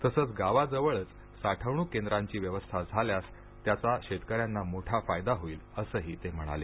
तसंच गावाजवळच साठवणूक केंद्रांची व्यवस्था झाल्यास त्याचा शेतकऱ्यांना मोठा फायदा होईल असंही ते म्हणाले